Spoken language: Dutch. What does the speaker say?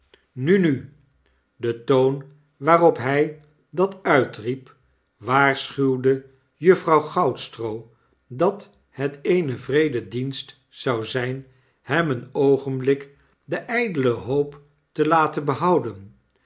nu nu de toon waarop hij dat uitriep waarschuwde juffrouw goudstroo dat het een wreede dienst zou zijn hem een oogenblik de ijdele hoop te laten behouden